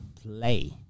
play